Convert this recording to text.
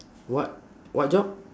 what what job